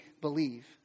believe